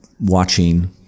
watching